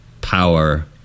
power